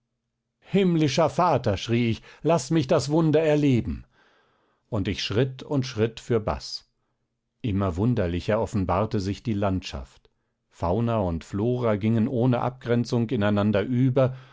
himmlischer vater schrie ich laß mich das wunder erleben und ich schritt und schritt fürbaß immer wunderlicher offenbarte sich die landschaft fauna und flora gingen ohne abgrenzung ineinander über